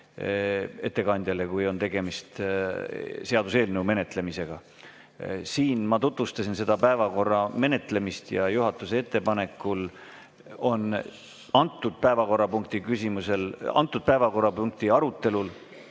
ettekandjale, kui on tegemist seaduseelnõu menetlemisega. Siin ma tutvustasin päevakorra menetlemist ja juhatuse ettepanekul on selle päevakorrapunkti arutelul